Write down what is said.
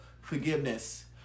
forgiveness